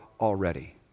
already